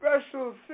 special